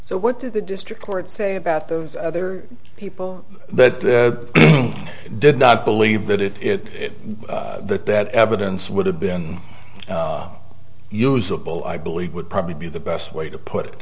so what did the district court say about those other people that did not believe that it that that evidence would have been usable i believe would probably be the best way to put